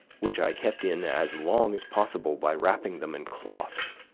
which i kept in as long as possible by wrapping them in cloths.